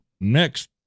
next